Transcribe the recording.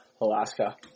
Alaska